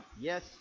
Yes